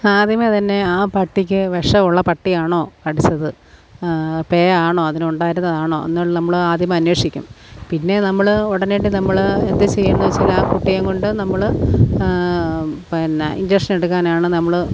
ആദ്യമേ തന്നെ ആ പട്ടിക്ക് വിഷമുള്ള പട്ടിയാണോ കടിച്ചത് പേ ആണോ അതിനു ഉണ്ടായിരുന്നതാണോ എന്നുള്ള നമ്മൾ ആദ്യമേ അന്വേഷിക്കും പിന്നെ നമ്മൾ ഉടനടി നമ്മൾ എന്തു ചെയ്യുമെന്നു വെച്ചാൽ ആ കുട്ടിയെയും കൊണ്ടു നമ്മൾ പിന്നെ ഇൻജക്ഷൻ എടുക്കാനാണ് നമ്മൾ